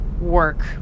work